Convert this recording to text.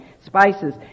spices